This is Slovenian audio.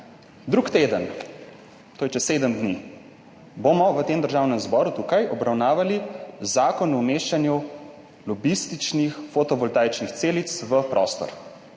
Drug teden, to je čez 7 dni, bomo v tem Državnem zboru tukaj obravnavali Zakon o umeščanju lobističnih fotovoltaičnih celic v prostor.